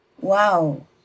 Wow